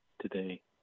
today